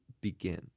begin